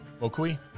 Okui